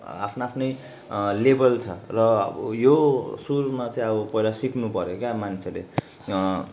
आफ्ना आफ्नै लेबल छ र अब यो सुरुमा चाहिँ अब पहिला सिक्नुपर्यो क्या मान्छेले